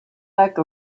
like